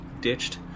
ditched